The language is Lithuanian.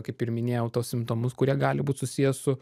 kaip ir minėjau tuos simptomus kurie gali būt susiję su